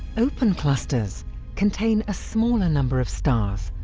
open clusters contain a smaller number of stars,